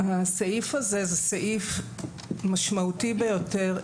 הסעיף הזה הוא סעיף משמעותי ביותר,